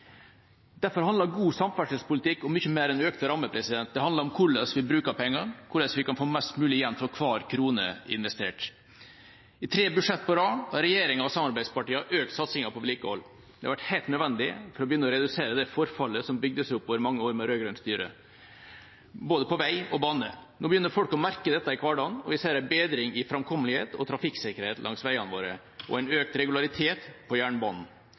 Derfor handler god samferdselspolitikk om mye mer enn økte rammer. Det handler om hvordan vi bruker pengene, og hvordan vi kan få mest mulig igjen for hver krone investert. I tre budsjett på rad har regjeringa og samarbeidspartiene økt satsingen på vedlikehold. Det har vært helt nødvendig for å begynne å redusere det forfallet som bygde seg opp over mange år med rød-grønt styre, både på vei og bane. Nå begynner folk å merke dette i hverdagen, og vi ser en bedring i framkommelighet og trafikksikkerhet langs veiene våre og en økt regularitet på jernbanen.